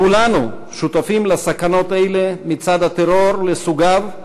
כולנו שותפים לסכנות האלה מצד הטרור לסוגיו,